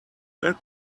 where